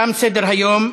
תם סדר-היום.